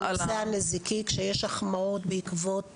על נושא הנזיקי כשיש החמרות בעקבות